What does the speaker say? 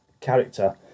character